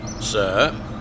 sir